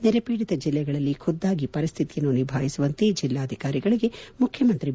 ನೆರೆಪೀಡಿತ ಜಿಲ್ಲೆಗಳಲ್ಲಿ ಖುದ್ದಾಗಿ ಪರಿಸ್ಥಿತಿಯನ್ನು ನಿಭಾಯಿಸುವಂತೆ ಜಿಲ್ಲಾಧಿಕಾರಿಗಳಿಗೆ ಮುಖ್ಯಮಂತ್ರಿ ಬಿ